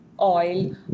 oil